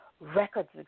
Records